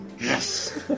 Yes